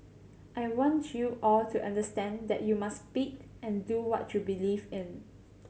I want you all to understand that you must speak and do what you believe in